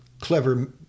clever